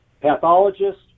pathologist